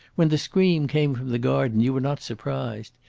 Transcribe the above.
when the scream came from the garden you were not surprised.